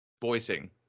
voicing